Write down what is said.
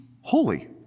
holy